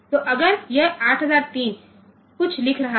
तो अगर यह 8003 कुछ लिख रहा है